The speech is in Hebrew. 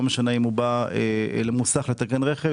לא משנה אם הוא בא למוסך כדי לתקן את הרכב.